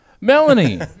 Melanie